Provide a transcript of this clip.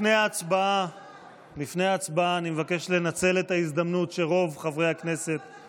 לפני ההצבעה אני מבקש לנצל את ההזדמנות שרוב חברי הכנסת פה,